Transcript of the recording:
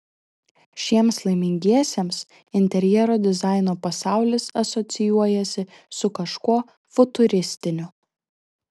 šiems laimingiesiems interjero dizaino pasaulis asocijuojasi su kažkuo futuristiniu